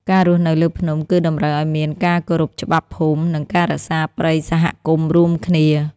ការរស់នៅលើភ្នំ គឺតម្រូវឲ្យមានការគោរពច្បាប់ភូមិ និងការរក្សាព្រៃសហគមន៍រួមគ្នា។